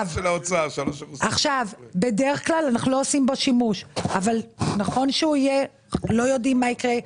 בדרך כלל אנחנו לא עושים בו שימוש אבל לא יודעים מה יקרה.